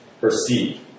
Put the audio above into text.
Perceive